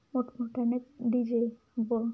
मोठमोठ्याने D J व